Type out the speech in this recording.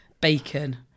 Bacon